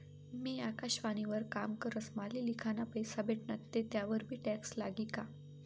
मी आकाशवाणी वर काम करस माले लिखाना पैसा भेटनात ते त्यावर बी टॅक्स लागी का?